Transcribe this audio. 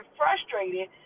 frustrated